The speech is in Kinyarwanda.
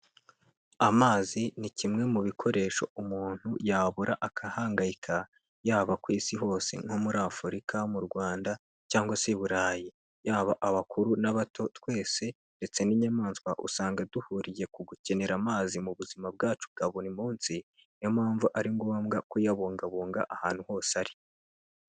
Amazi ni kimwe mu bikoresho umuntu yabura agahangayika yaba ku isi hose nko muri afurika, mu Rwanda cyangwa se i Burayi yaba abakuru n'abato twese ndetse n'inyamaswa usanga duhuriye ku gukenera amazi mu buzima bwacu bwa buri munsi, niyo mpamvu ari ngombwa kuyabungabunga ahantu hose ari.